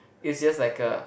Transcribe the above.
is just like a